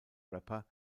rapper